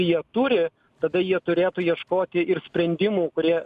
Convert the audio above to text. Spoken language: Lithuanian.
jie turi tada jie turėtų ieškoti ir sprendimų kurie